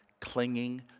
clinging